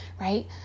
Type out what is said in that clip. right